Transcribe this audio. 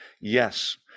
Yes